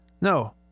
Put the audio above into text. No